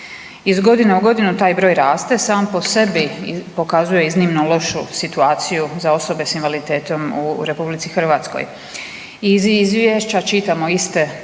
iz godine u godinu taj broj raste sam po sebi pokazuje iznimno lošu situaciju za osobe s invaliditetom u RH. Iz izvješća čitamo iste